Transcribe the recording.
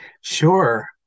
Sure